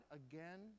again